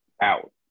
Out